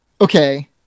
Okay